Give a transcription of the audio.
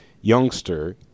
youngster